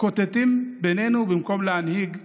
ואנו מתקוטטים בינינו במקום להנהיג ולומר.